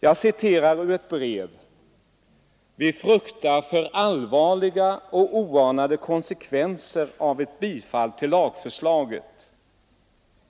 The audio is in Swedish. Jag läser ur ett brev: Vi fruktar för allvarliga och oanade konsekvenser av ett bifall till lagförslaget.